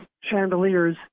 chandeliers